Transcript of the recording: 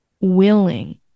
willing